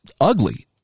ugly